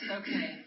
okay